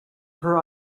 her